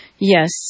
Yes